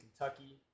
Kentucky